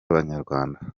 abanyarwanda